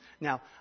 Now